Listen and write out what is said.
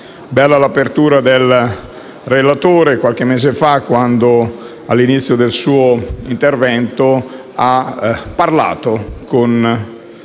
l'apertura del relatore qualche mese fa quando, all'inizio del suo intervento, ha parlato con